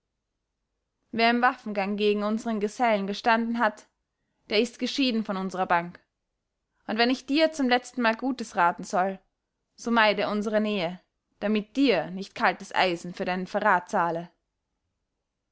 wer im waffengang gegen unseren gesellen gestanden hat der ist geschieden von unserer bank und wenn ich dir zum letztenmal gutes raten soll so meide unsere nähe damit dir nicht kaltes eisen für deinen verrat zahle